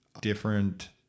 different